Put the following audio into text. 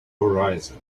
horizon